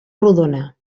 rodona